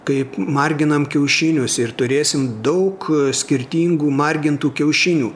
kaip marginam kiaušinius ir turėsim daug skirtingų margintų kiaušinių